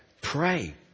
pray